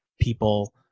people